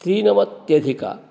त्रिनवत्यधिक